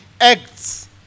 acts